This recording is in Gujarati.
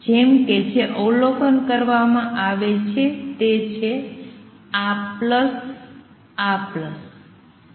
જેમ કે જે અવલોકન કરવામાં આવે છે તે છે આ પ્લસ આ